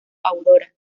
aurora